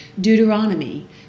Deuteronomy